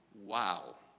Wow